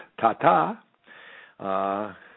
ta-ta